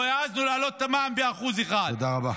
ולא העזנו להעלות את המע"מ ב-1% תודה רבה.